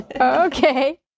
okay